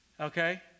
okay